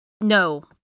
no